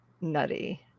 nutty